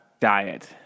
Diet